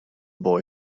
boy